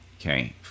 Okay